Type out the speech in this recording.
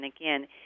again